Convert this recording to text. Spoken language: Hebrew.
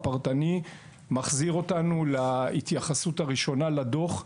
שמחזיר אותנו להתייחסות הראשונה לדו"ח.